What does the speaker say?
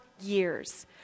years